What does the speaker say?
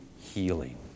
healing